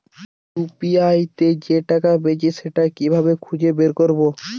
UPI তে যে টাকা পেয়েছি সেটা কিভাবে খুঁজে বের করবো?